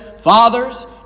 Fathers